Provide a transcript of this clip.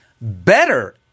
better